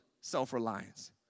self-reliance